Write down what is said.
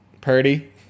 Purdy